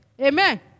Amen